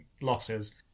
losses